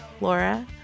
Laura